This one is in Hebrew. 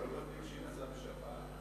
לא מספיק שהיא נסעה בשבת,